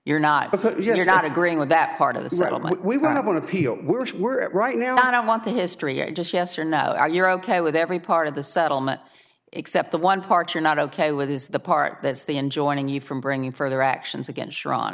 you're not you're not agreeing with that part of the settlement we want to appeal we're at right now i don't want the history just yes or now you're ok with every part of the settlement except the one part you're not ok with is the part that's the end joining you from bringing further actions against iran